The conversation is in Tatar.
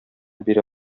бирә